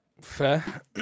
Fair